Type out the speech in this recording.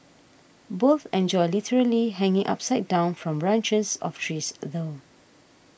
both enjoy literally hanging upside down from branches of trees though